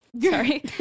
sorry